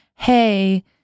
hey